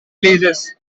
leases